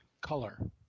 color